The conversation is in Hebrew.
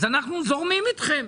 אנחנו זורמים איתכם.